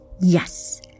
Yes